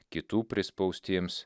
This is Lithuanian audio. kitų prispaustiems